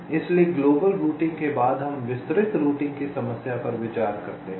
इसलिए global routing के बाद हम विस्तृत रूटिंग की समस्या पर विचार करते हैं